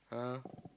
uh